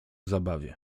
zabawie